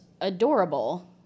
adorable